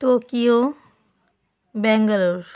Tokyo Bangalore